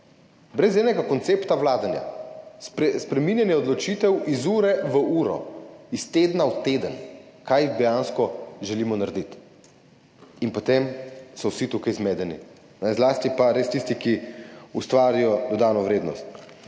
brez enega koncepta vladanja. Spreminjanje odločitev iz ure v uro, iz tedna v teden, kaj dejansko želimo narediti. In potem so vsi tukaj zmedeni, zlasti pa res tisti, ki ustvarijo dodano vrednost.